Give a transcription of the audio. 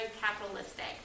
capitalistic